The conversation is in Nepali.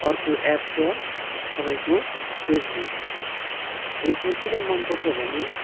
अर्को एप छ तपाईँको फेसबुक फेसबुक किन मन पर्छ भने